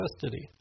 custody